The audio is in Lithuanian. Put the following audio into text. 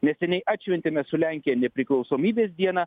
neseniai atšventėme su lenkija nepriklausomybės dieną